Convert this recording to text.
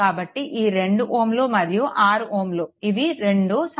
కాబట్టి ఈ 2 Ω మరియు 6 Ω ఇవి 2 సమాంతరంగా ఉంటాయి